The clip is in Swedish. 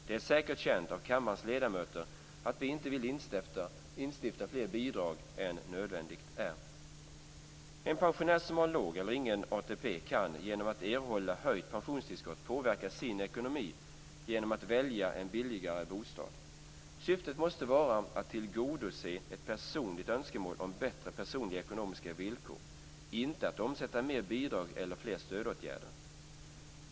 Det är säkert känt av kammarens ledamöter att vi inte vill instifta fler bidrag än nödvändigt är! En pensionär som har låg eller ingen ATP kan genom att erhålla höjt pensionstillskott påverka sin ekonomi genom att välja en billigare bostad. Syftet måste vara att tillgodose ett personligt önskemål om bättre personliga ekonomiska villkor, inte att omsätta mer bidrag eller stödåtgärder.